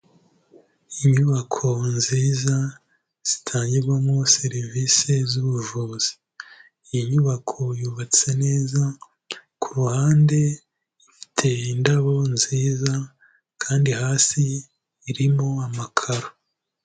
Inyubako nziza zitangirwamo serivisi zubuvuzi, iyi nyubako yubatse neza kuruhande ifite indabo nziza, kandi hasi irimo amakaro.